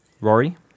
Rory